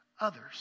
others